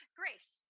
grace